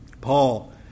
Paul